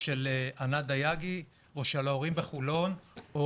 של ענת דייגי או של ההורים בחולון או